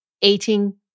eating